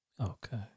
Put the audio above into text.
Okay